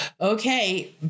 okay